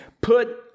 put